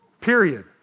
period